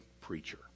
preacher